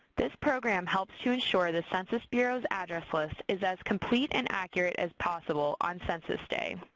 this program helps to ensure the census bureau's address list is as complete and accurate as possible on census day.